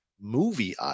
movie